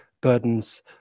burdens